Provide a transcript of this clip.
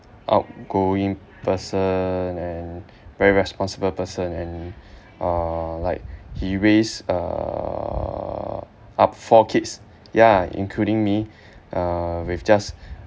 outgoing person and very responsible person and uh like he raise err up four kids yeah including me uh with just